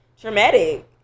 traumatic